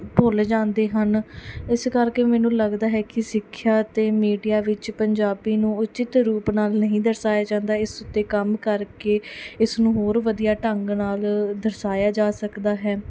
ਬੋਲੇ ਜਾਂਦੇ ਹਨ ਇਸ ਕਰਕੇ ਮੈਨੂੰ ਲੱਗਦਾ ਹੈ ਕਿ ਸਿੱਖਿਆ ਅਤੇ ਮੀਡੀਆ ਵਿੱਚ ਪੰਜਾਬੀ ਨੂੰ ਉਚਿਤ ਰੂਪ ਨਾਲ ਨਹੀਂ ਦਰਸਾਇਆ ਜਾਂਦਾ ਇਸ ਉੱਤੇ ਕੰਮ ਕਰਕੇ ਇਸ ਨੂੰ ਹੋਰ ਵਧੀਆ ਢੰਗ ਨਾਲ ਦਰਸਾਇਆ ਜਾ ਸਕਦਾ ਹੈ